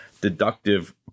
deductive